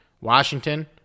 Washington